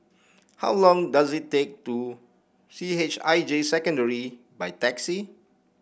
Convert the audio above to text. how long does it take to C H I J Secondary by taxi